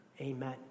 amen